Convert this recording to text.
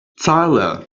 tyler